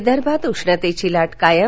विदर्भात उष्णतेची लाट कायम